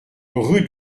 rue